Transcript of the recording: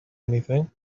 anything